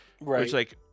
Right